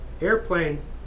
airplanes